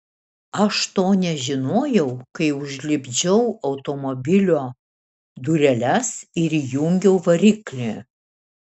aš to nežinojau kai užlipdžiau automobilio dureles ir įjungiau variklį